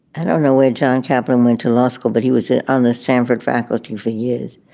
i don't know where john chapman went to law school, but he was ah on the stanford faculty for years.